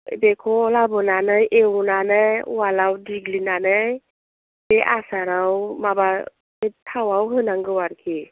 बेखौ लाबोनानै एवनानै उवालआव देग्लिनानै बे आसाराव माबा बे थावआव होनांगौ आरोखि